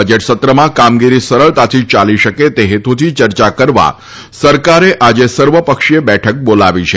budget સત્રમાં કામગીરી સરળતાથી ચાલી શકે તે હેતુથી ચર્ચા કરવા સરકારે આજે સર્વ પક્ષીય બેઠક બોલાવી છે